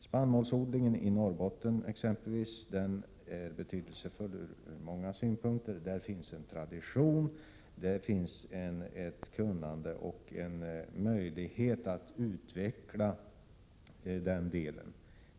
Spannmålsodlingen i exempelvis Norrbotten är betydelsefull från många synpunkter. Där finns en tradition, ett kunnande och en möjlighet att utveckla den delen.